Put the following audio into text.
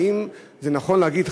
האם נכון להגיד,